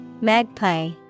Magpie